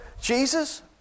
Jesus